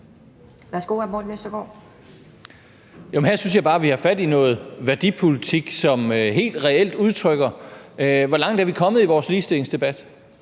16:55 Morten Østergaard (RV): Her synes jeg bare, at vi har fat i noget værdipolitik, som helt reelt udtrykker, hvor langt vi er kommet i vores ligestillingsdebat.